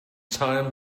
time